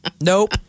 Nope